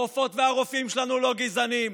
הרופאות והרופאים שלנו לא גזענים,